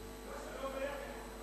אני לא אדבר בעברית ברגע זה,